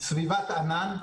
סביבת ענן.